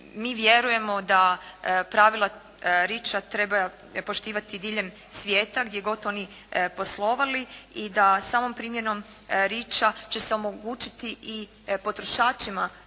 Mi vjerujemo da pravila Reacha treba poštivati diljem svijeta gdje god oni poslovali i da samom primjenom Reacha će se omogućiti i potrošačima